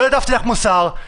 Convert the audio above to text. לא הטפתי לך מוסר.